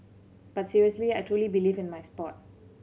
but seriously I truly believe in my sport